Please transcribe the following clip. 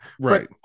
right